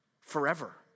forever